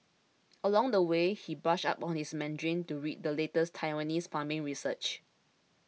along the way he brushed up on his Mandarin to read the latest Taiwanese farming research